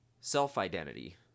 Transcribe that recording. self-identity